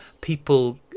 people